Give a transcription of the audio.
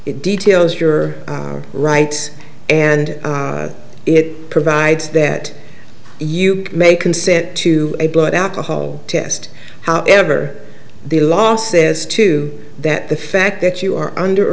it details your rights and it provides that you may consent to a blood alcohol test however the law says to that the fact that you are under